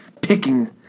picking